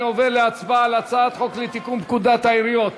אני עובר להצבעה על הצעת חוק לתיקון פקודת העיריות